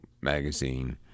magazine